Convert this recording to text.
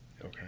Okay